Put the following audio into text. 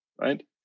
right